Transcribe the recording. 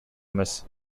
эмес